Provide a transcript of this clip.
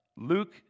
Luke